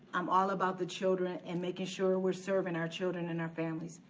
i'm all about the children and making sure we're servin' our children and our families.